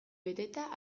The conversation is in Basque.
beteta